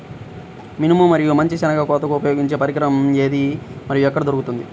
మినుము మరియు మంచి శెనగ కోతకు ఉపయోగించే పరికరం ఏది మరియు ఎక్కడ దొరుకుతుంది?